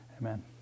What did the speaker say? Amen